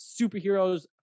superheroes